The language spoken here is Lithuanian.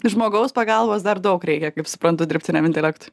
žmogaus pagalbos dar daug reikia kaip suprantu dirbtiniam intelektui